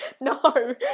no